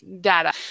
data